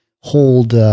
hold